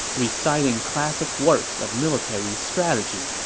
reciting classic works of military strategy